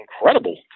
incredible